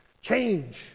Change